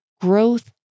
Growth